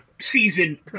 season